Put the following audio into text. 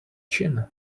chin